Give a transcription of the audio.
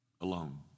Alone